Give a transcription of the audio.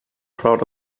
proud